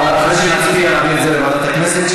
אחרי שנצביע נעביר את זה לוועדת הכנסת,